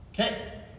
Okay